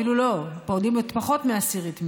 אפילו לא, אני אומרת פחות מעשירית מזה.